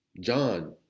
John